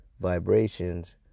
vibrations